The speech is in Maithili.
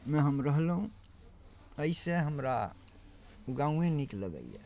मे हम रहलहुँ एहिसँ हमरा गामे नीक लगैए